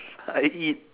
I eat